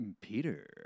Peter